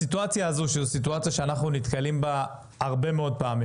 בסיטואציה הזו של הסיטואציה שאנחנו נתקלים בה הרבה מאוד פעמים,